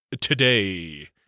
today